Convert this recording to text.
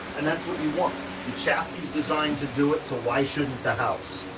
and that's what you want. your chassis' designed to do it, so why shouldn't the house?